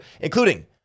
including